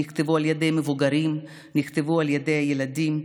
שנכתבו על ידי מבוגרים, שנכתבו על ידי ילדים.